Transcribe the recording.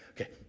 Okay